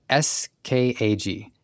SKAG